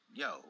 yo